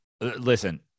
Listen